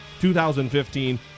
2015